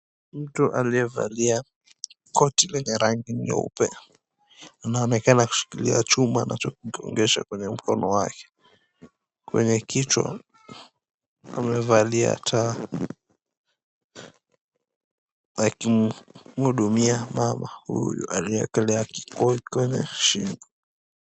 Mtu aliyevalia koti lenye rangi nyeupe anaonekana ameshikilia chuma anachokigongesha kwenye mkono wake. Kwenye kichwa amevalia taa akimhudumia mama huyu aliyeekelea kikoi kwenye shingo.